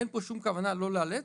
אין פה שום כוונה לא לאלץ,